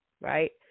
right